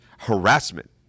Harassment